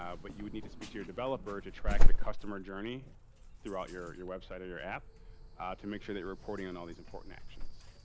but you would need to speak to your developer to track the customer journey throughout your your website of your app to make sure that reporting on all these important actions.